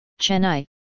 Chennai